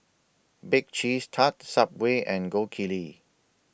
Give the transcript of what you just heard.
Bake Cheese Tart Subway and Gold Kili